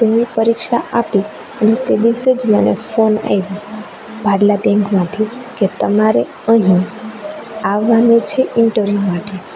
તો મેં પરીક્ષા આપી અને તે દિવસે જ મને ફોન આવ્યો ભાડલા બેંકમાંથી કે તમારે અહીં આવવાનું છે ઇન્ટરવ્યૂ માટે